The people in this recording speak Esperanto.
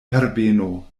herbeno